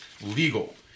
legal